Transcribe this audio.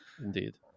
indeed